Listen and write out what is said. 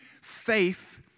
faith